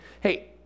Hey